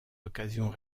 occasions